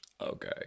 Okay